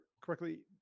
correctly